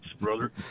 brother